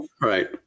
right